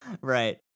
Right